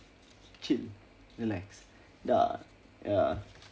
chill relax dah yah